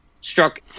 struck